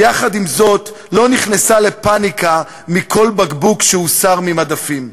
ויחד עם זאת לא נכנסה לפניקה מכל בקבוק שהוסר ממדפים.